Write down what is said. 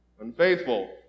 Unfaithful